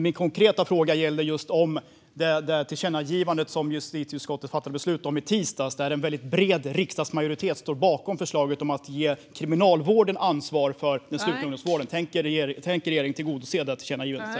Min konkreta fråga gällde det tillkännagivande som justitieutskottet fattade beslut om i tisdags där en väldigt bred riksdagsmajoritet står bakom förslaget om att ge Kriminalvården ansvar för den slutna ungdomsvården. Tänker regeringen tillgodose det tillkännagivandet?